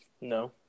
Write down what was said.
No